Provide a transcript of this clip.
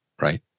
right